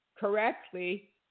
correctly